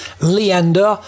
Leander